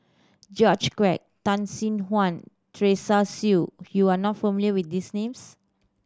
George Quek Tan Sin Aun Teresa Hsu you are not familiar with these names